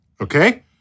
Okay